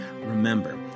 Remember